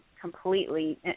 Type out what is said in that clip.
completely